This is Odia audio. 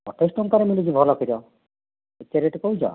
ଅଠେଇଶ ଟଙ୍କାରେ ମିଳୁଛି ଭଲ କ୍ଷୀର ଏତେ ରେଟ୍ କହୁଛ